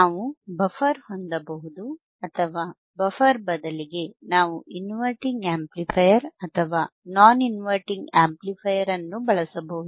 ನಾವು ಬಫರ್ ಹೊಂದಬಹುದು ಅಥವಾ ಬಫರ್ ಬದಲಿಗೆ ನಾವು ಇನ್ವರ್ಟಿಂಗ್ ಆಂಪ್ಲಿಫಯರ್ ಅಥವಾ ನಾನ್ ಇನ್ವರ್ಟಿಂಗ್ ಆಂಪ್ಲಿಫೈಯರ್ ಅನ್ನು ಬಳಸಬಹುದು